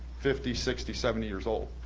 fifty, sixty, seventy years old.